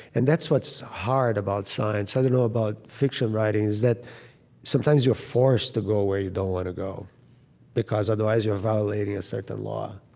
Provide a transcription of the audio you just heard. and that's what's hard about science and you know about fiction writing is that sometimes you're forced to go where you don't want to go because otherwise you are violating a certain law.